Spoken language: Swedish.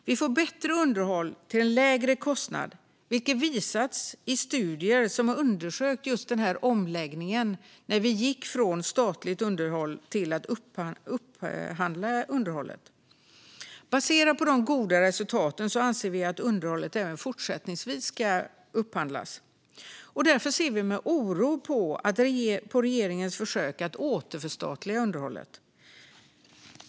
Vi får bättre underhåll till en lägre kostnad, vilket visats i studier som undersökt just den här omläggningen när vi gick från statligt underhåll till att upphandla underhållet. Baserat på de goda resultaten anser vi att underhållet även fortsättningsvis ska upphandlas. Därför ser vi på oro på regeringens försök att återförstatliga underhållet.